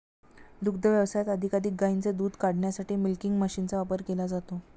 दुग्ध व्यवसायात अधिकाधिक गायींचे दूध काढण्यासाठी मिल्किंग मशीनचा वापर केला जातो